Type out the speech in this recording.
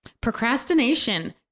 procrastination